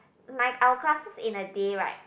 my our classes in the day right